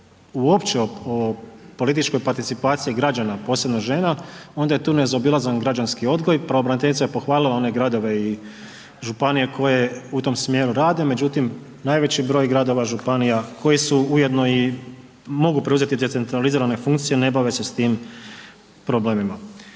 uopće o političkoj participaciji građana, posebno žena onda je tu nezaobilazan građanski odgoj. Pravobraniteljica je pohvalila one gradove i županije koje u tom smjeru rade. Međutim, najveći broj gradova, županija koje ujedno i mogu preuzeti te … funkcije, ne bave se s tim problemima.